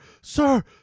sir